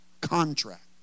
contract